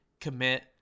commit